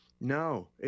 No